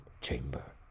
chamber